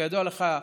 כידוע לך,